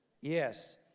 yes